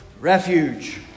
refuge